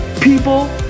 people